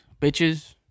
bitches